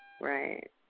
Right